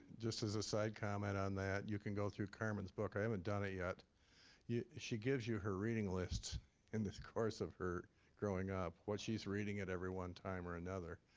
just as a side comment on that, you can go through carmen's book i haven't done it yet yeah she gives you her reading lists in the course of her growing up, what she's reading at every one time or another.